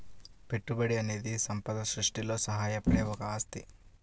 పెట్టుబడి అనేది సంపద సృష్టిలో సహాయపడే ఒక ఆస్తి